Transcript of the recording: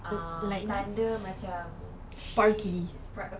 um thunder macam she